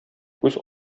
күз